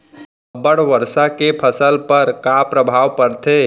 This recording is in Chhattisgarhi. अब्बड़ वर्षा के फसल पर का प्रभाव परथे?